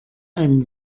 einen